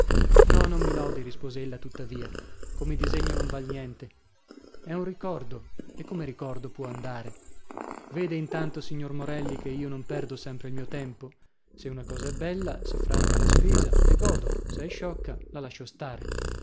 no non mi lodi rispose ella tuttavia come disegno non val niente è un ricordo e come ricordo può andare vede intanto signor morelli che io non perdo sempre il mio tempo se una cosa è bella se franca la spesa ne godo se è sciocca la lascio stare